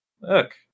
Look